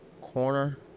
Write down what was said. corner